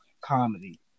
comedy